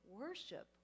worship